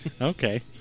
Okay